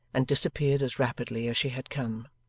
and disappeared as rapidly as she had come.